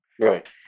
Right